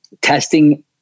testing